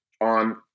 on